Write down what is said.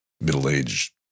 middle-aged